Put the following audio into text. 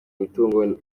mitungo